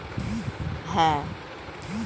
private ব্যাঙ্কগুলোতে টাকা খাটালে তার উপর সুদ পাবো